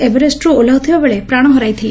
ଏଭରେଷ୍ଟରୁ ଓହ୍ନାଉଥିବାବେଳେ ପ୍ରାଶ ହରାଇଥିଲେ